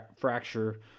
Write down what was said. fracture